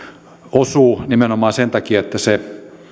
osuu nimenomaan sen takia että se